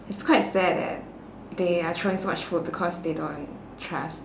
it's quite sad that they are throwing so much food because they don't trust